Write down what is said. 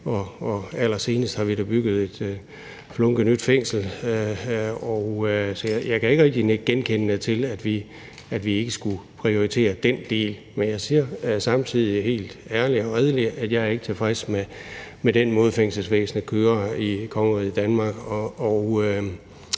og allersenest har vi da bygget et flunkende nyt fængsel. Så jeg kan ikke rigtig nikke genkendende til, at vi ikke skulle prioritere den del. Men jeg siger samtidig helt ærligt og redeligt, at jeg ikke er tilfreds med den måde, fængselsvæsenet kører på i kongeriget Danmark.